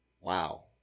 Wow